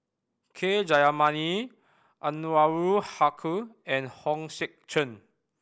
K Jayamani Anwarul Haque and Hong Sek Chern